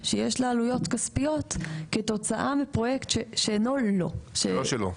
שיש לה עלויות כספיות כתוצאה מפרויקט שאינו שלו.